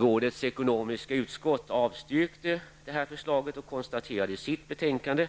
Rådets ekonomiska utskott avstyrkte förslaget och konstaterade i sitt betänkande